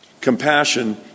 Compassion